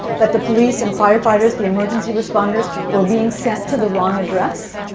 that the police and firefighters, the emergency responders, were being sent to the wrong address.